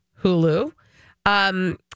Hulu